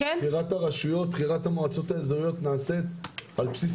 בחירת המועצות האזוריות נעשית על בסיס